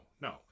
no